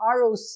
ROC